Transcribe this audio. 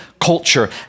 culture